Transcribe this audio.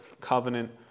Covenant